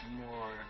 more